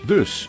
Dus